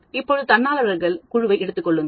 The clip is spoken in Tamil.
இப்போதுதன்னார்வலர்கள் குழுவை எடுத்துக் கொள்ளுங்கள்